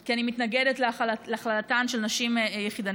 כי אני מתנגדת להכללתן של נשים יחידניות,